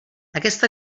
aquesta